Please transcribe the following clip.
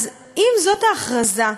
אז אם זאת ההכרזה,